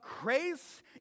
grace